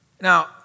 Now